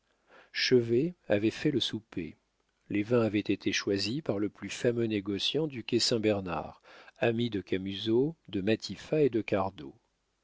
chevet avait fait le souper les vins avaient été choisis par le plus fameux négociant du quai saint-bernard ami de camusot de matifat et de